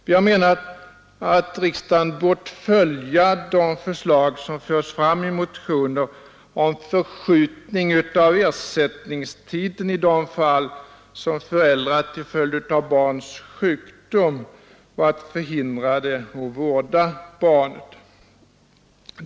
Vi har menat att riksdagen hade bort följa de förslag som förts fram i motioner om förskjutning av ersättningstiden i de fall då föräldrar till följd av barns sjukdom varit förhindrade att vårda barnen.